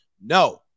No